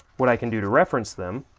what i can do to reference them,